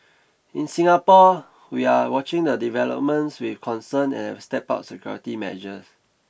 in Singapore we are watching the developments with concern and have stepped up security measures